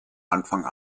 anfang